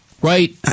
Right